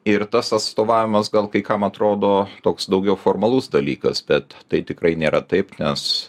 ir tas atstovavimas gal kai kam atrodo toks daugiau formalus dalykas bet tai tikrai nėra taip nes